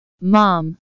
Mom